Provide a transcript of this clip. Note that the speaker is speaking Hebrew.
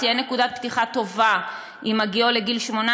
תהיה נקודת פתיחה טובה עם הגיעו לגיל 18